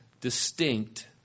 distinct